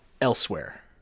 elsewhere